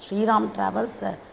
श्रीरामः ट्रावेल्स्